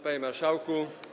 Panie Marszałku!